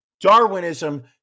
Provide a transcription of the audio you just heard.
Darwinism